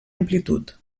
amplitud